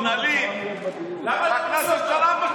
למה אתה מוציא אותו?